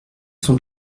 sont